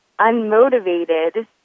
unmotivated